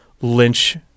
Lynch